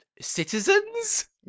citizens